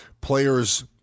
players